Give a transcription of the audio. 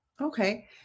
Okay